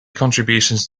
contributions